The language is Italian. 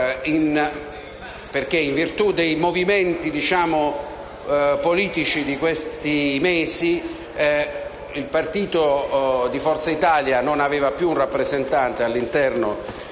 perché, in virtù dei movimenti politici di questi mesi, il partito di Forza Italia non aveva più un rappresentante all'interno